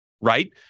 Right